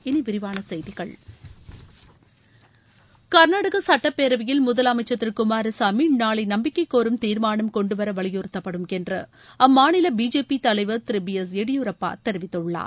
இனி விரிவான செய்திகள் கர்நாடக சுட்டப்பேரவையில் முதலமைச்சர் திரு குமாரசாமி நாளை நம்பிக்கை கோரும் தீர்மானம் கொண்டுவர வலியுறுத்தப்படும் என்று அம்மாநில பிஜேபி தலைவர் திரு பி எஸ் எடியூரப்பா தெரிவித்துள்ளார்